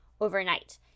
overnight